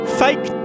fake